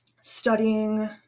studying